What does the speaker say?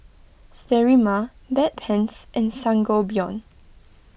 Sterimar Bedpans and Sangobion